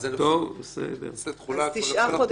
אז הגענו להסכמה על 28 שנים.